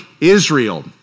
Israel